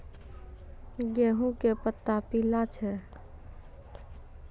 गेहूँ के पत्ता पीला छै?